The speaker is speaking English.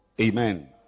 Amen